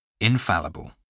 Infallible